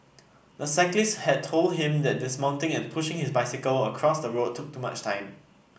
the cyclist had told him that dismounting and pushing his bicycle across the road took too much time